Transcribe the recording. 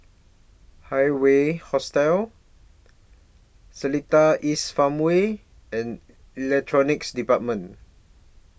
Hawaii Hostel Seletar East Farmway and Electronics department